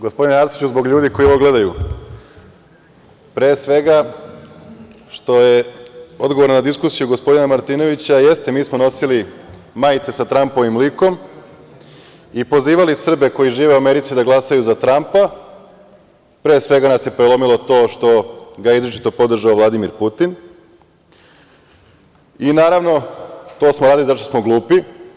Gospodine Arsiću, zbog ljudi koji ovo gledaju, a što je odgovor na diskusiju gospodina Martinovića, Jeste mi smo nosili majice sa Trampovim likom i pozivali Srbe koji žive u Americi da glasaju za Trampa, pre svega, nas je prelomilo to što ga izričito podržao Vladimir Putin i, naravno, to smo radili zato što smo glupi.